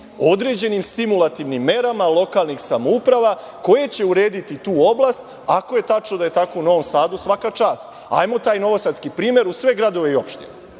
određenim stimulativnim merama lokalnih samouprava koje će urediti tu oblast. Ako je tačno da je tako u Novom Sadu, svaka čast, hajmo taj novosadski primer u sve gradove i opštine.